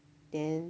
then